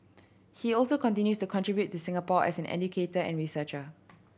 he also continues to contribute to Singapore as an educator and researcher